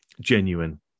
genuine